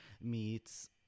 meets